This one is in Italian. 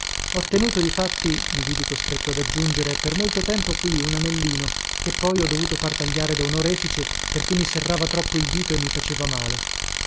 ho tenuto difatti mi vidi costretto ad aggiungere per molto tempo qui un anellino che poi ho dovuto far tagliare da un orefice perché mi serrava troppo il dito e mi faceva male